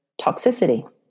toxicity